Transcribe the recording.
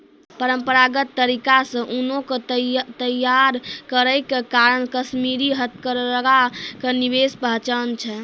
परंपरागत तरीका से ऊनो के तैय्यार करै के कारण कश्मीरी हथकरघा के विशेष पहचान छै